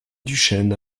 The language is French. duchesne